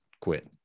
quit